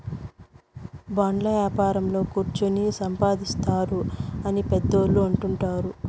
బాండ్ల యాపారంలో కుచ్చోని సంపాదిత్తారు అని పెద్దోళ్ళు అంటుంటారు